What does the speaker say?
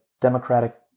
Democratic